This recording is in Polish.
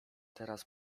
teraz